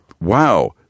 wow